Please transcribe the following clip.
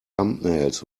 thumbnails